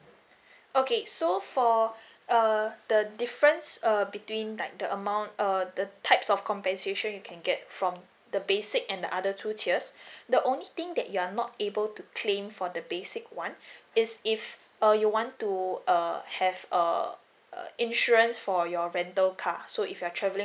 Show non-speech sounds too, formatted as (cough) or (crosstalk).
(breath) okay so for uh the difference uh between like the amount uh the types of compensation you can get from the basic and the other two tiers (breath) the only thing that you are not able to claim for the basic one (breath) is if uh you want to uh have err uh insurance for your rental car so if you are travelling